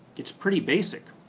it's pretty basic.